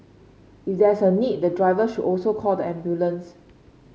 if there is a need the driver should also call the ambulance